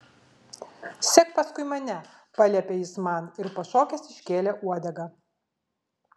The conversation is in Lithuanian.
sek paskui mane paliepė jis man ir pašokęs iškėlė uodegą